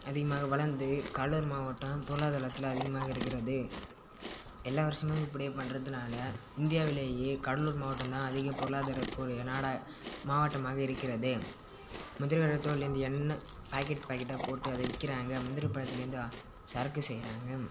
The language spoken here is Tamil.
அதிகமாக வளர்ந்து கடலூர் மாவட்டம் பொருளாதாரத்தில் அதிகமாக இருக்கிறது எல்லா வருஷமும் இப்படியே பண்ணுறதுனால இந்தியாவிலேயே கடலூர் மாவட்டம் தான் அதிக பொருளாதாரம் கூடிய நாடாக மாவட்டமாக இருக்கிறது முந்திரிக்கொட்டை தோல்லேருந்து எண்ணெய் பாக்கெட் பாக்கெட்டாக போட்டு அதை விக்கிறாங்க முந்திரிப்பழத்துலேருந்து சரக்கு செய்யறாங்க